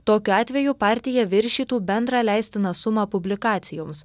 tokiu atveju partija viršytų bendrą leistiną sumą publikacijoms